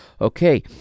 Okay